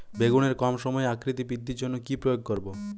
বেগুনের কম সময়ে আকৃতি বৃদ্ধির জন্য কি প্রয়োগ করব?